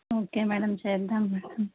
okay madam చేద్దాము madam